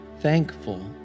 thankful